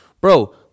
Bro